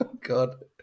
God